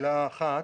מילה אחת.